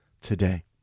today